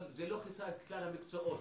זה לא כיסה את כלל המקצועות,